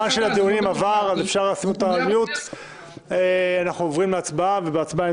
אנחנו עוברים להצבעה על